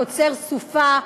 קוצר סופה,